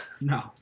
No